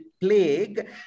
plague